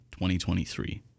2023